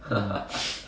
mm